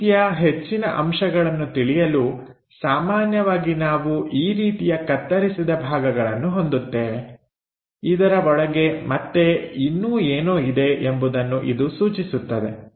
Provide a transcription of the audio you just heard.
ಈ ರೀತಿಯ ಹೆಚ್ಚಿನ ಅಂಶಗಳನ್ನು ತಿಳಿಯಲು ಸಾಮಾನ್ಯವಾಗಿ ನಾವು ಈ ರೀತಿಯ ಕತ್ತರಿಸಿದ ಭಾಗಗಳನ್ನು ಹೊಂದುತ್ತೇವೆ ಇದರ ಒಳಗೆ ಮತ್ತೆ ಇನ್ನೂ ಏನೋ ಇದೆ ಎಂಬುದನ್ನು ಇದು ಸೂಚಿಸುತ್ತದೆ